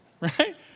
right